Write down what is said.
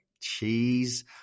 cheese